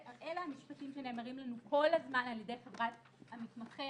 אלה המשפטים שנאמרים לנו כל הזמן על-ידי חברת "המתמחה".